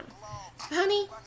Honey